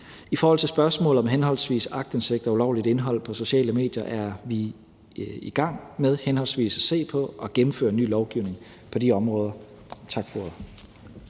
I forhold til spørgsmålet om henholdsvis aktindsigt og ulovligt indhold på sociale medier er vi i gang med både at se på og gennemføre ny lovgivning på de områder. Tak for